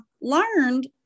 learned